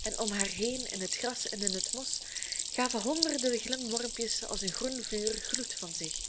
en om haar heen in het gras en in het mos gaven honderden glimwormpjes als een groen vuur gloed van zich